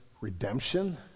redemption